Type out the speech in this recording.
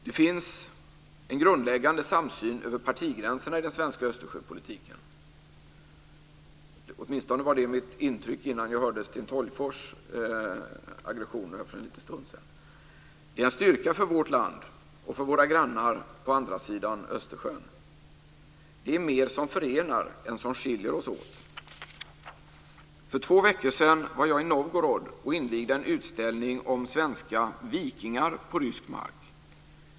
Det finns en grundläggande samsyn över partigränserna i den svenska Östersjöpolitiken - åtminstone var det mitt intryck innan jag hörde Sten Tolgfors aggressioner för en liten stund sedan. Det är en styrka för vårt land och för våra grannar på andra sidan Östersjön. Det är mer som förenar än som skiljer oss åt. För två veckor sedan var jag i Novgorod och invigde en utställning om svenska vikingar på rysk mark.